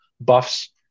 buffs